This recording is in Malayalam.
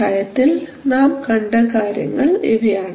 ഈ അധ്യായത്തിൽ നാം കണ്ട കാര്യങ്ങൾ ഇവയാണ്